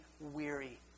weary